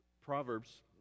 proverbs